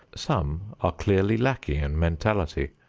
some are clearly lacking in mentality.